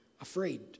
afraid